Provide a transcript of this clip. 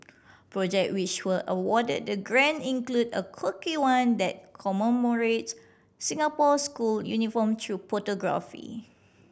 project which were awarded the grant include a quirky one that commemorates Singapore's school uniform through photography